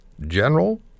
general